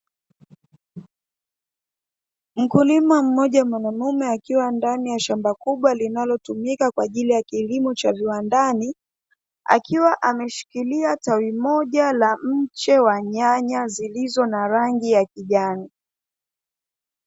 Mkulima mmoja mwanamume akiwa ndani ya shamba kubwa linalotumika kwa ajili ya kilimo cha viwandani, akiwa ameshikilia tawi moja la mche wa nyanya zilizo na rangi ya kijani.